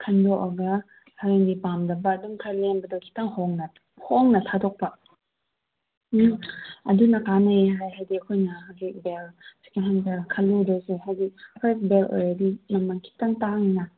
ꯈꯟꯗꯣꯛꯂꯒ ꯍꯥꯏꯗꯤ ꯄꯥꯝꯗꯕ ꯑꯗꯨꯝ ꯈꯔ ꯂꯦꯝꯕꯗꯣ ꯈꯤꯇꯪ ꯍꯣꯡꯅ ꯍꯣꯡꯅ ꯊꯥꯗꯣꯛꯄ ꯎꯝ ꯑꯗꯨꯅ ꯀꯥꯟꯅꯩ ꯍꯥꯏꯗꯤ ꯑꯩꯈꯣꯏꯅ ꯍꯧꯖꯤꯛ ꯕꯦꯜ ꯈꯜꯂꯨꯗ꯭ꯔꯁꯨ ꯍꯥꯏꯗꯤ ꯑꯩꯈꯣꯏ ꯕꯦꯜ ꯑꯣꯏꯔꯗꯤ ꯃꯃꯟ ꯈꯤꯇꯪ ꯇꯥꯡꯅ